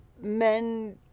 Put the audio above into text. men